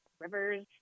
rivers